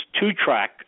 two-track